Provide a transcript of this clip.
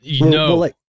No